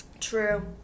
True